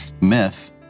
myth